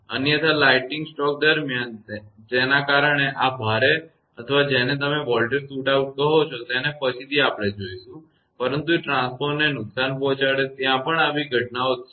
અન્યથા lightning stroke દરમિયાન જેના કારણે આ ભારે અથવા જેને તમે વોલ્ટેજ શૂટઆઉટ કહો છો તેને પછીથી આપણે જોઇશું પરંતુ તે ટ્રાન્સફોર્મરને નુકસાન પહોંચાડે છે ત્યાં આવી ઘણી ઘટનાઓ છે